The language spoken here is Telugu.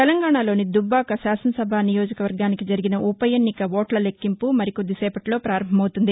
తెలంగాణా లోని దుబ్బాక శాసనసభా నియోజక వర్గానికి జరిగిన ఉవ ఎన్నిక ఓట్ల లెక్కింపు మరికొద్ది సేవట్లో ప్రారంభమవుతుంది